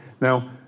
Now